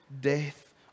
death